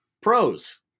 Pros